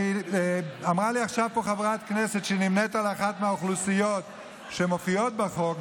אמרה לי פה עכשיו חברת כנסת שנמנית על אחת מהאוכלוסיות שמופיעות בחוק,